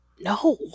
No